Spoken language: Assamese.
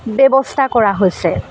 ব্যৱস্থা কৰা হৈছে